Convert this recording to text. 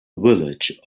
village